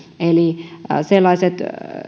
eli sellaisten